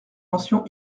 mention